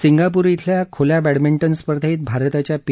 Singapore इथल्या ख्ल्या badminton स्पर्धेत भारताच्या पी